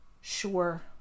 sure